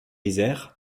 isère